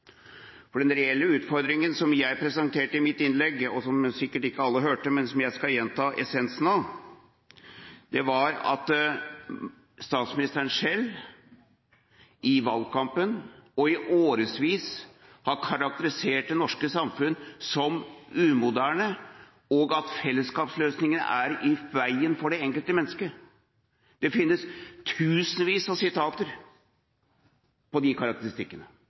For den reelle utfordringen som jeg presenterte i mitt innlegg – og som sikkert ikke alle hørte, men som jeg skal gjenta essensen av – var at statsministeren i valgkampen, og i årevis, har karakterisert det norske samfunn som umoderne, og at fellesskapsløsninger er i veien for det enkelte mennesket. Det finnes tusenvis av sitater på de karakteristikkene